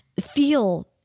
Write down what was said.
feel